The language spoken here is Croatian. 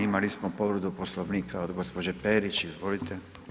Imali smo povredu Poslovnika od gđe. Perić, izvolite.